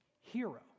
hero